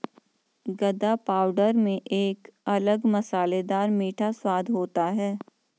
गदा पाउडर में एक अलग मसालेदार मीठा स्वाद होता है